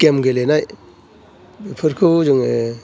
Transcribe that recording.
game गेलेनायफोरखौ जोङो